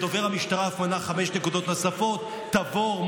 דובר המשטרה אף מנה חמש נקודות נוספות: תבור,